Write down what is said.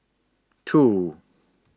two